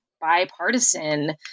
bipartisan